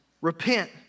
repent